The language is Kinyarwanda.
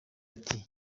ati